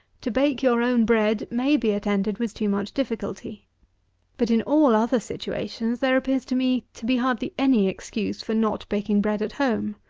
to bake your own bread may be attended with too much difficulty but in all other situations there appears to me to be hardly any excuse for not baking bread at home.